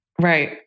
Right